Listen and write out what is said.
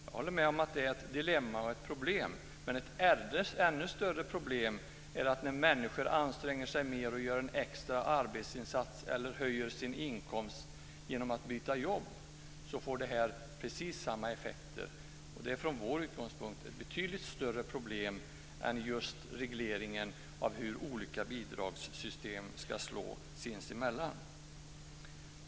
Jag håller med om att det är ett dilemma och ett problem, men ett ännu större problem är att det får precis samma effekter när människorna anstränger sig mer och gör en extra arbetsinsats eller höjer sin inkomst genom att byta jobb. Det är från vår utgångspunkt ett betydligt större problem än just regleringen av hur olika bidragssystem slår sinsemellan.